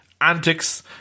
antics